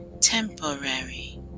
temporary